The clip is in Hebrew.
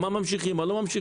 מה ממשיכים ומה לא ממשיכים.